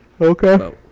Okay